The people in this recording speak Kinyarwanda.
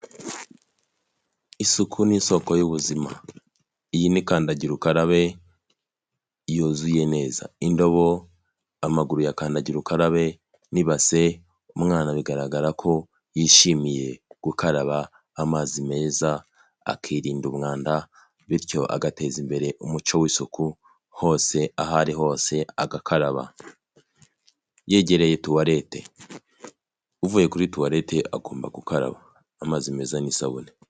Isuku ni isoko y'ubuzima. Iyi ni Kandagira ukarabe yuzuye neza, indobo, amaguru akandagira ukarabe n'ibase. Umwana bigaragara ko yishimiye gukaraba amazi meza akirinda umwanda, bityo agateza imbere umuco w'isuku hose, ahari hose agakaraba, yegereye toilettes, uvuye kuri toilettes agomba gukaraba amazi meza n'isabune.